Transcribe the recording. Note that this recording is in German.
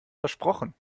versprochen